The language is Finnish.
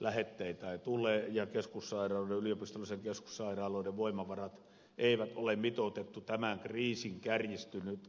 lähetteitä ei tule ja yliopistollisten keskussairaaloiden voimavarat eivät ole mitoitettuja tämän kriisin